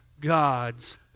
God's